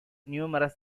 numerous